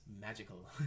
magical